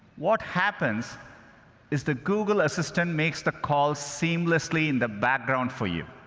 what happens is the google assistant makes the call seamlessly in the background for you.